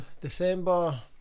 December